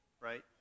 Right